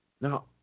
Now